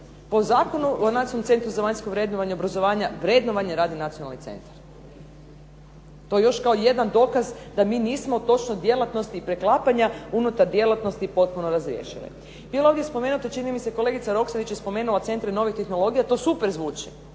obrazovanja vrednovanje radi Nacionalni centar koji još kao jedan dokaz da mi nismo točno djelatnosti preklapanja unutar djelatnosti potpuno razriješili. Bilo je ovdje spomenuto, čini mi se kolegica Roksandić je spomenula centre novih tehnologija, to super zvuči,